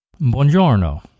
Buongiorno